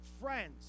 friends